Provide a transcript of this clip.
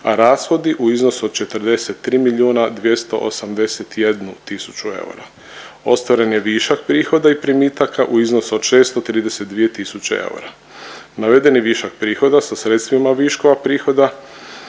a rashodi u iznosu od 43 milijuna 281 tisuću eura. Ostvaren je višak prihoda i primitaka u iznosu od 632 tisuće eura. Navedeni višak prihoda sa sredstvima viškova prihoda